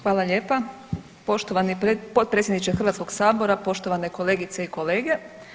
Hvala lijepa, poštovani potpredsjedniče Hrvatskog sabora, poštovane kolegice i kolege.